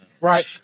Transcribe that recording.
Right